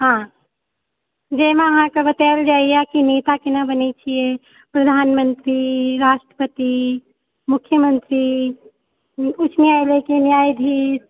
हँ जाहिमे अहाँके बतायल जाइ यऽ की नेता केना बनै छियै प्रधानमंत्री राष्ट्रपति मुख्यमंत्री उच्च न्यायालयक न्यायाधीश